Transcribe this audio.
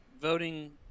voting